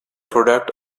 product